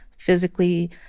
physically